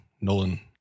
Nolan